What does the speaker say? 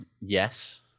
yes